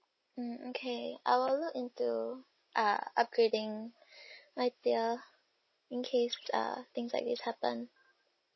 mm okay I will look into uh upgrading my tier in case uh things like this happen